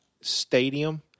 stadium